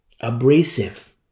abrasive